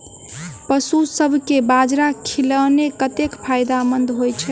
पशुसभ केँ बाजरा खिलानै कतेक फायदेमंद होइ छै?